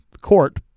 court